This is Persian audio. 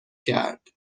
کرد